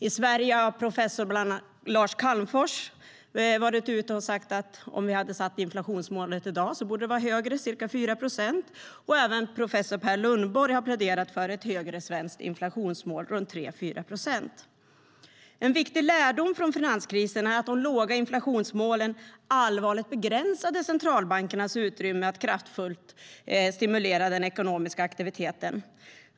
I Sverige har bland andra professor Lars Calmfors sagt att om vi skulle sätta inflationsmålet i dag borde det vara högre, ca 4 procent. Även professor Per Lundborg har pläderat för ett högre svenskt inflationsmål på 3-4 procent. En viktig lärdom från finanskrisen är att de låga inflationsmålen allvarligt begränsade centralbankernas utrymme att kraftfullt stimulera den ekonomiska aktiviteten.